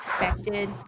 expected